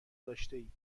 داشتهاید